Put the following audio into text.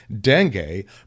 dengue